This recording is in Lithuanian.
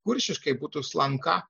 kuršiškai būtų slanka